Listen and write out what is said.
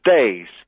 Days